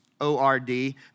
o-r-d